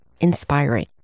inspiring